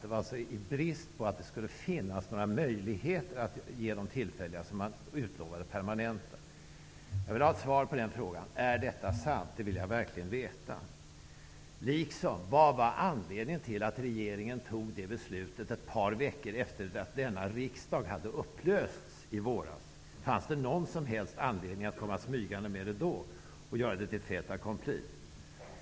Det var alltså i brist på möjligheter att ge dem tillfälliga som man gav dem permanenta uppehållstillstånd. Jag vill ha ett svar på frågan om detta är sant. Det vill jag verkligen veta, liksom vad anledningen var till att regeringen fattade detta beslut ett par veckor efter att denna riksdag hade upplösts i våras. Fanns det någon som helst anledning att komma smygande med detta då och göra det till fait accompli?